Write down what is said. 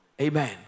Amen